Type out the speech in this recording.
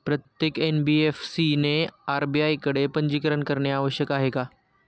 प्रत्येक एन.बी.एफ.सी ने आर.बी.आय कडे पंजीकरण करणे आवश्यक आहे का?